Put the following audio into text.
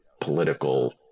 political